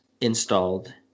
installed